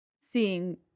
seeing –